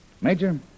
Major